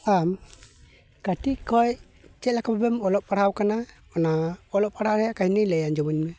ᱟᱢ ᱠᱟᱹᱴᱤᱡ ᱠᱷᱚᱡ ᱪᱮᱫ ᱞᱮᱠᱟ ᱵᱷᱟᱵᱮᱢ ᱚᱞᱚᱜ ᱯᱟᱲᱦᱟᱣ ᱟᱠᱟᱱᱟ ᱚᱱᱟ ᱚᱞᱚᱜ ᱯᱟᱲᱦᱟᱜ ᱨᱮᱭᱟᱜ ᱠᱟᱹᱦᱟᱱᱤ ᱞᱟᱹᱭ ᱟᱡᱚᱢ ᱟᱹᱧᱢᱮ